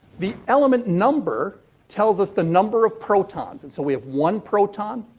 the element number tells us the number of protons. and so, we have one proton.